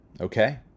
Okay